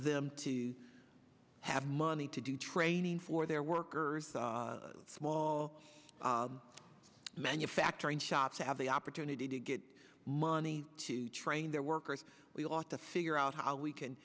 them to have money to do training for their workers small manufacturing shop to have the opportunity to get money to train their workers we ought to figure out how we can